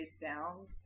down